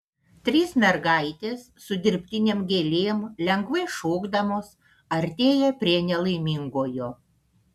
trys mergaitės su dirbtinėm gėlėm lengvai šokdamos artėja prie nelaimingojo